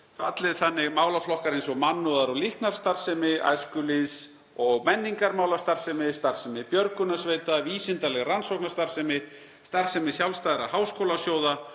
falli þannig málaflokkar eins og mannúðar- og líknarstarfsemi, æskulýðs- og menningarmálastarfsemi, starfsemi björgunarsveita, vísindaleg rannsóknastarfsemi, starfsemi sjálfstæðra háskólasjóða